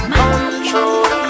control